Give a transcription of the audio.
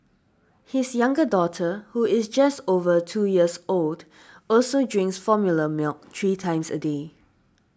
his younger daughter who is just over two years old also drinks formula milk three times a day